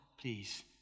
please